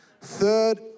third